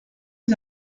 les